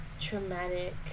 traumatic